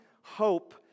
hope